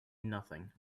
nothing